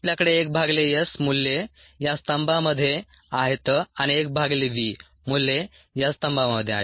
आपल्याकडे 1 भागिले s मूल्ये या स्तंभामध्ये आहेत आणि 1 भागिले v मूल्ये या स्तंभामध्ये आहेत